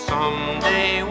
Someday